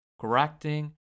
correcting